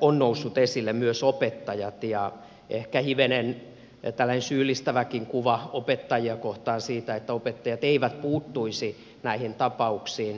on noussut esille myös opettajat ja ehkä hivenen tällainen syyllistäväkin kuva opettajia kohtaan siitä että opettajat eivät puuttuisi näihin tapauksiin